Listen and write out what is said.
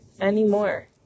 anymore